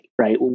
right